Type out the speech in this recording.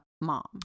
mom